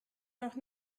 noch